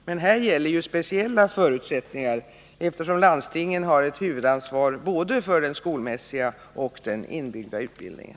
Men här gäller ju speciella förutsättningar eftersom landstingen har huvudansvaret för både den skolmässiga och den inbyggda utbildningen.